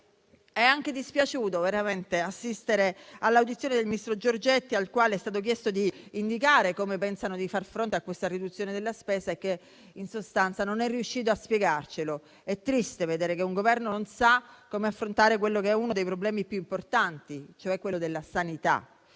È anche dispiaciuto veramente assistere all'audizione del ministro Giorgetti, al quale è stato chiesto di indicare come il Governo pensa di far fronte a questa riduzione della spesa e che in sostanza non è riuscito a spiegarcelo. È triste vedere che un Governo non sa come affrontare uno dei problemi più importanti, cioè quello della sanità,